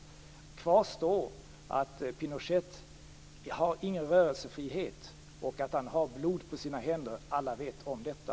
Kvar står att Pinochet inte har någon rörelsefrihet och att han har blod på sina händer. Alla vet om detta.